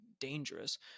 dangerous